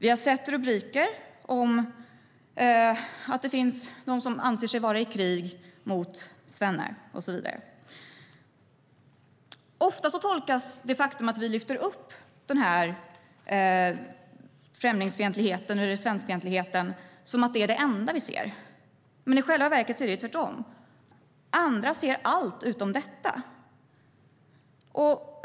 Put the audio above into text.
Vi har sett rubriker om att det finns de som anser sig vara i krig mot svennar, och så vidare. Ofta tolkas det faktum att vi lyfter fram svenskfientligheten som att det är det enda vi ser, men i själva verket är det tvärtom så att andra ser allt utom detta.